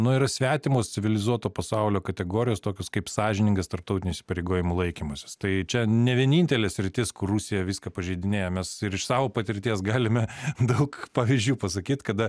nu yra svetimos civilizuoto pasaulio kategorijos tokios kaip sąžiningas tarptautinių įsipareigojimų laikymasis tai čia ne vienintelė sritis kur rusija viską pažeidinėja nes ir iš savo patirties galime daug pavyzdžių pasakyt kada